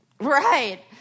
Right